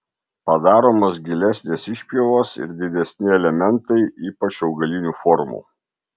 padaromos gilesnės išpjovos ir didesni elementai ypač augalinių formų